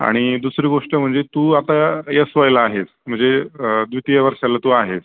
आणि दुसरी गोष्ट म्हणजे तू आता यस वायला आहेस म्हणजे द्वितीय वर्षाला तू आहेस